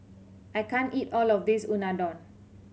I can't eat all of this Unadon